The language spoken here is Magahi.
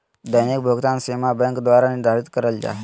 दैनिक भुकतान सीमा बैंक द्वारा निर्धारित करल जा हइ